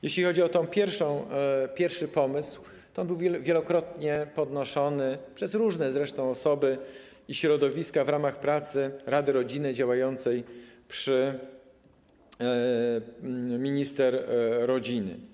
Jeśli chodzi o ten pierwszy pomysł, to był on wielokrotnie podnoszony przez różne zresztą osoby i środowiska w ramach pracy Rady Rodziny działającej przy minister rodziny.